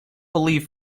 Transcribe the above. believe